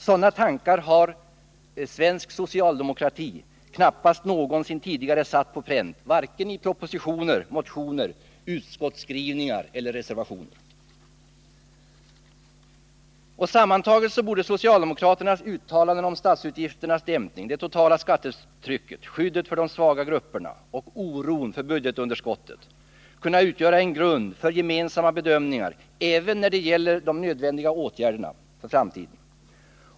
Sådana tankar har svensk socialdemokrati knappast tidigare satt på pränt, vare sig i propositioner, motioner, utskottsskrivningar eller reservationer. Sammantaget borde socialdemokraternas uttalanden om statsutgifternas dämpning, det totala skattetrycket, skyddet för de svagare grupperna och oron för budgetunderskottet kunna utgöra grund för gemensamma bedömningar även när det gäller de nödvändiga åtgärderna för framtiden.